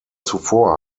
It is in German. zuvor